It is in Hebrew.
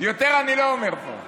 יותר אני לא אומר פה.